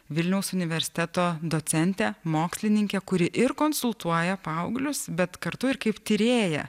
vilniaus universiteto docentę mokslininkę kuri ir konsultuoja paauglius bet kartu ir kaip tyrėją